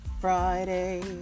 friday